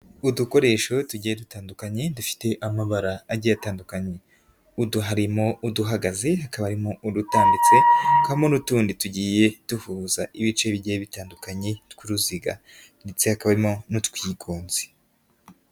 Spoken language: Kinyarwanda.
Udukoresho tugiye dutandukanye, dufite amabara agiye atandukanye, harimo uduhagaze, hakabari urutaditse, hakabamo n'utundi tugiye duhuza ibice bigiye bitandukanye tw'uruziga ndetse hakaba harimo n'utwigunze.